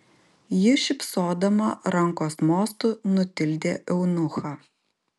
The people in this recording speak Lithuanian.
ji šypsodama rankos mostu nutildė eunuchą